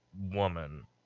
woman